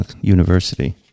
university